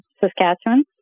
Saskatchewan